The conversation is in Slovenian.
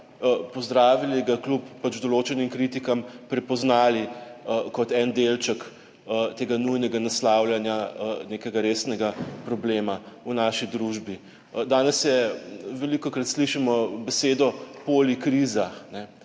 pozdravili, ga kljub določenim kritikam prepoznali kot en delček tega nujnega naslavljanja nekega resnega problema v naši družbi. Danes je, velikokrat slišimo besedo, polikriza.